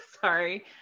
Sorry